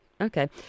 Okay